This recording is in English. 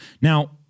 now